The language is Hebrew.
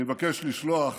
אני מבקש לשלוח